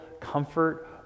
comfort